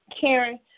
Karen